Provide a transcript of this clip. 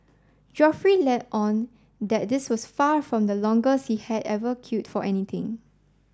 Geoffrey let on that this was far from the longest he had ever queued for anything